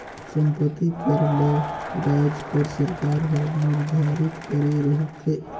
संपत्ति कर ल राएज कर सरकार हर निरधारित करे रहथे